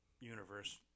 universe